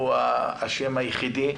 הוא האשם היחידי,